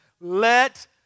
Let